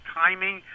timing